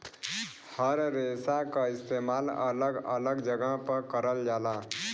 हर रेसा क इस्तेमाल अलग अलग जगह पर करल जाला